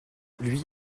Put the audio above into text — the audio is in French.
lui